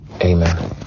Amen